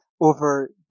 over